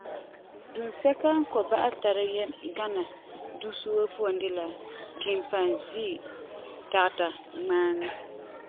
Duunsɛka n kɔ'ɔm ba'am tara yɛm gana dusi woo puan de la de la kimpanzee, tageta ŋmaaŋa.